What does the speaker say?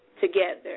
Together